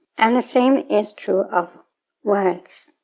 and the same is true of words.